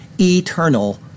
eternal